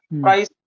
Price